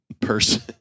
person